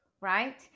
right